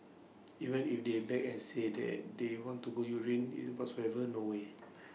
even if they beg and say that they want to go urine and whatsoever no way